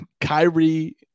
Kyrie